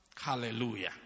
Hallelujah